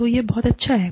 तो यह बहुत अच्छा है